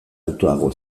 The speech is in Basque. altuago